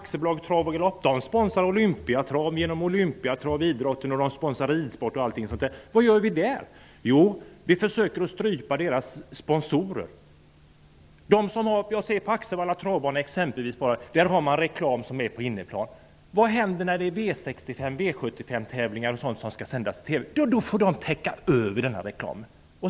De sponsrar Olympiatrav och genom Olympiatrav sponsrar de idrotten. De sponsrar ridsport. Vad gör vi? Jo, vi försöker att strypa deras sponsorer. På Axevalla Travbana har man reklam på innerplan. Vad händer när det är V65 och V75 tävlingar som skall sändas i TV? Då måste de täcka över reklamen.